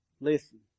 listen